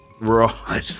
Right